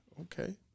okay